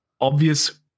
obvious